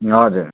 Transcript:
हजुर